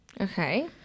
Okay